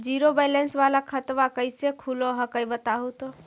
Zero balance वाला खतवा कैसे खुलो हकाई बताहो तो?